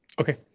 Okay